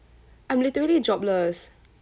I'm literally jobless